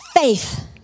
faith